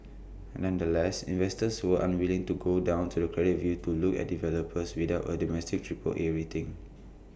nevertheless investors were unwilling to go down the credit curve to look at developers without A domestic Triple A rating